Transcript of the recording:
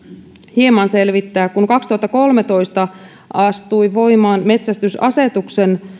hieman selvittää vuonna kaksituhattakolmetoista astui voimaan metsästysasetuksen